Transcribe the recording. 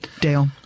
Dale